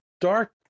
dark